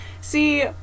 See